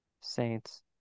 Saints